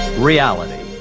reality.